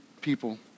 people